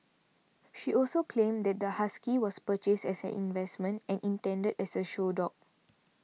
she also claimed that the husky was purchased as an investment and intended as a show dog